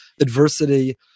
adversity